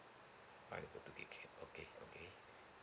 five to thirty gigabyte okay okay